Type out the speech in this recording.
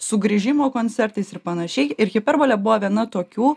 sugrįžimo koncertais ir panašiai ir hiperbolė buvo viena tokių